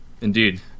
Indeed